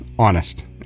Honest